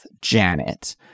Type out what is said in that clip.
Janet